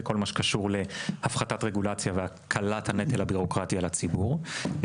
בכל מה שקשור להפחתת רגולציה והקלת הנטל הבירוקרטי לציבור.